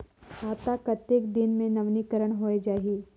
खाता कतेक दिन मे नवीनीकरण होए जाहि??